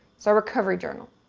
so recovery journal,